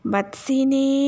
Batsini